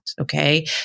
Okay